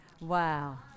Wow